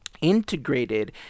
integrated